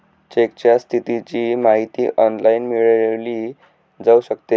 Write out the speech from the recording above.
चेकच्या स्थितीची माहिती ऑनलाइन मिळवली जाऊ शकते